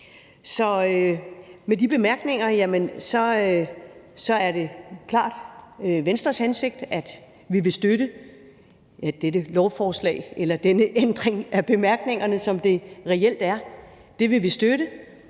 Med de bemærkninger er det klart Venstres hensigt at støtte dette lovforslag – eller denne ændring af bemærkningerne, som det reelt er.